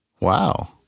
Wow